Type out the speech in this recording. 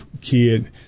kid